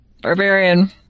Barbarian